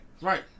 Right